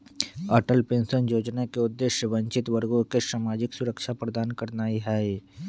Atal pension जोजना के उद्देश्य वंचित वर्गों के सामाजिक सुरक्षा प्रदान करनाइ हइ